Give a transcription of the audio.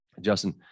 Justin